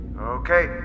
Okay